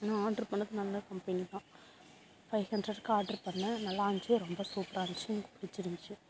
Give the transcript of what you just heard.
நான் ஆர்ட்ரு பண்ணது நல்ல கம்பெனி தான் ஃபைவ் ஹண்ட்ரடுக்கு ஆர்ட்ரு பண்ணிணேன் நல்லாருந்துச்சு ரொம்ப சூப்பராக இருந்துச்சு எனக்கு பிடிச்சிருந்துச்சி